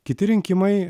kiti rinkimai